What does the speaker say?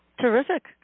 terrific